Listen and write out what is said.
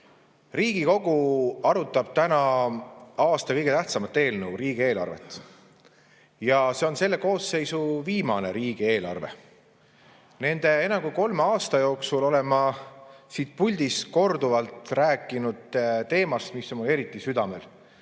Riigikogu arutab täna aasta kõige tähtsamat eelnõu – riigieelarvet. Ja see on selle koosseisu viimane riigieelarve. Nende enam kui kolme aasta jooksul olen ma siit puldist korduvalt rääkinud teemast, mis on mul eriti südamel.